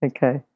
Okay